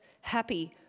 happy